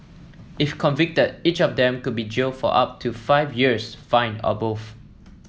if convicted each of them could be jailed for up to five years fined or both